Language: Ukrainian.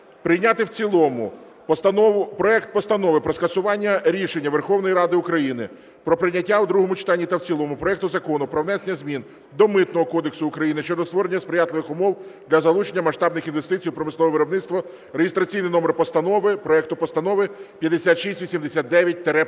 прийняти в цілому проект Постанови про скасування рішення Верховної Ради України про прийняття у другому читанні та в цілому проекту Закону про внесення змін до Митного кодексу України щодо створення сприятливих умов для залучення масштабних інвестицій у промислове виробництво (реєстраційний номер проекту Постанови 5689-П).